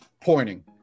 pointing